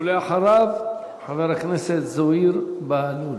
ולאחריו חבר הכנסת זוהיר בהלול.